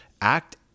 act